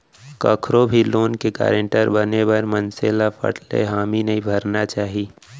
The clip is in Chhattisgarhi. कखरो भी लोन के गारंटर बने बर मनसे ल फट ले हामी नइ भरना चाही